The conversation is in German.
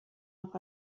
auch